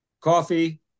Coffee